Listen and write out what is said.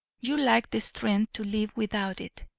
you lack the strength to live without it.